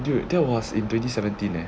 dude that was in twenty seventeen eh